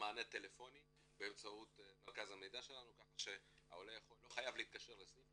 במענה הטלפוני באמצעות מרכז המידע שלנו כך שהעולה לא חייב להתקשר לסניף,